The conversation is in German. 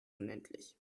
unendlich